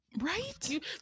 right